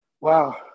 Wow